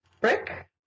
Brick